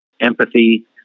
Empathy